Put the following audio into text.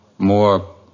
more